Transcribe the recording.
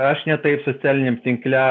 aš ne taip socialiniam tinkle